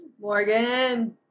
Morgan